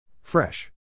Fresh